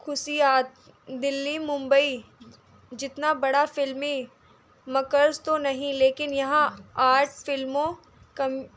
کصیات دہلی ممبئی جتنا بڑا فلمی مرکز تو نہیں لیکن یہاں آٹ فلموں کم